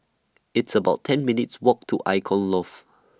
It's about ten minutes' Walk to Icon Loft